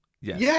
Yes